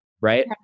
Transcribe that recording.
right